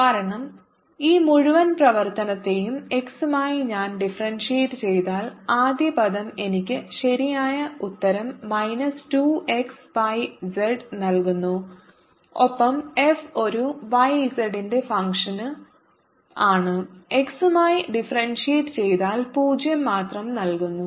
കാരണം ഈ മുഴുവൻ പ്രവർത്തനത്തെയും x മായി ഞാൻ ഡിഫറെൻഷിയേറ്റ് ചെയ്താൽ ആദ്യ പദം എനിക്ക് ശരിയായ ഉത്തരം മൈനസ് 2 x y z നൽകുന്നു ഒപ്പം F ഒരു y z ന്റെ ഫങ്ക്ഷന് ആണ് x യുമായി ഡിഫറെൻഷിയേറ്റ് ചെയ്താൽ പൂജ്യം മാത്രം നൽകുന്നു